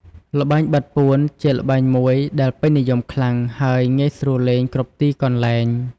ល្បែងបិទពួន ជាល្បែងមួយដែលពេញនិយមខ្លាំង ហើយងាយស្រួលលេងគ្រប់ទីកន្លែង។